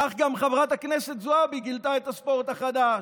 כך גם חברת הכנסת זועבי גילתה את הספורט החדש,